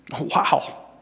Wow